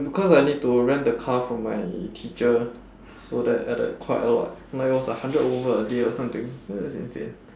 because I need to rent the car from my teacher so that added quite a lot mine was a hundred over a day or something ya it's insane